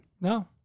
No